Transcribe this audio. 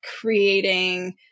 creating